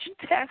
test